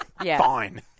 Fine